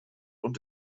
und